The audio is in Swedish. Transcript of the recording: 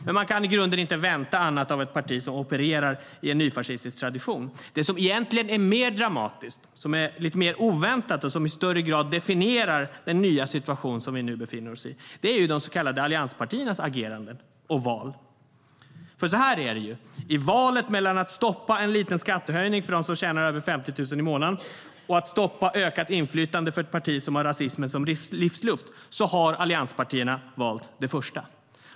Men man kan i grunden inte vänta annat av ett parti som opererar i en nyfascistisk tradition.I valet mellan att stoppa en liten skattehöjning för dem som tjänar över 50 000 i månaden och att stoppa ökat inflytande för ett parti som har rasismen som livsluft har allianspartierna valt det första.